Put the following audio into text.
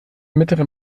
mittleren